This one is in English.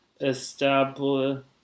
establish